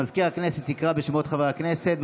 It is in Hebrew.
מזכיר הכנסת יקרא בשמות חברי הכנסת.